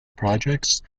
projects